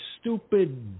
stupid